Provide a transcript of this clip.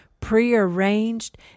prearranged